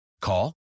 Call